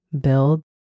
build